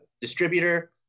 distributor